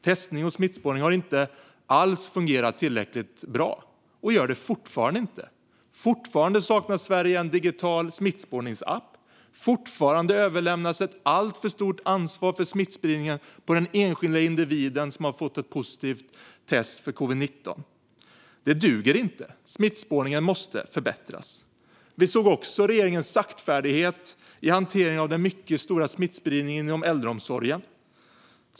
Testning och smittspårning har inte alls fungerat tillräckligt bra - och gör det fortfarande inte. Fortfarande saknar Sverige en digital smittspårningsapp, och fortfarande överlämnas ett alltför stort ansvar för smittspårning på den enskilda individ som testat positivt för covid-19. Det duger inte. Smittspårningen måste förbättras. Vi såg också regeringens saktfärdighet i hanteringen av den mycket stora smittspridningen inom äldreomsorgen.